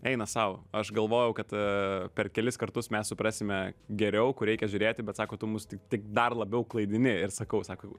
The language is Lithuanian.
eina sau aš galvojau kad ee per kelis kartus mes suprasime geriau kur reikia žiūrėti bet sako tu mus tik dar labiau klaidini ir sakau sako